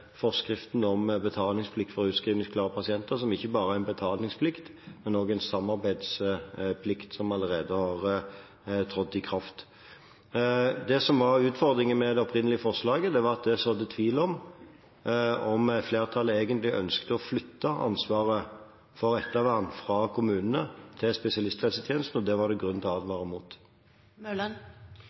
forskriften om betalingsplikt for utskrivningsklare pasienter, som ikke bare er en betalingsplikt, men også en samarbeidsplikt som allerede har trådt i kraft. Det som var utfordringen med det opprinnelige forslaget, var at det sådde tvil om flertallet egentlig ønsket å flytte ansvaret for ettervern fra kommunene til spesialisthelsetjenesten, og det var det grunn til å advare mot.